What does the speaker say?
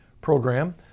program